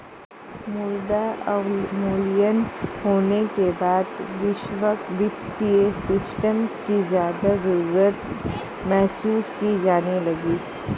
मुद्रा अवमूल्यन होने के बाद वैश्विक वित्तीय सिस्टम की ज्यादा जरूरत महसूस की जाने लगी